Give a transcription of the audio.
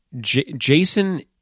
jason